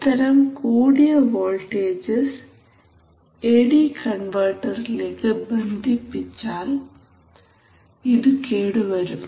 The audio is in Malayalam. ഇത്തരം കൂടിയ വോൾട്ടേജസ് എഡി കൺവെർട്ടറിലേക്ക് ബന്ധിപ്പിച്ചാൽ ഇതു കേടുവരും